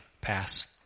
pass